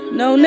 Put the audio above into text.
no